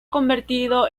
convertido